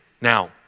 Now